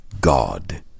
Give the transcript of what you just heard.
God